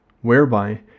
whereby